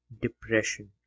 depression